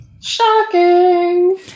Shocking